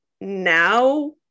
now